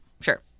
Sure